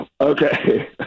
Okay